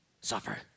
suffer